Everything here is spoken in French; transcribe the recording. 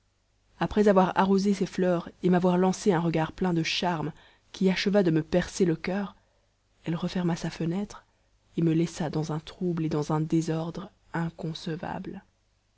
après avoir arrosé ses fleurs et m'avoir lancé un regard plein de charmes qui acheva de me percer le coeur elle referma sa fenêtre et me laissa dans un trouble et dans un désordre inconcevable